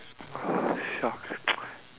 !wah! shucks